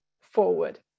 forward